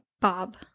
Bob